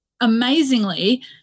amazingly